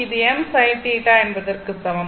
இது m sin θ என்பதற்க்கு சமம்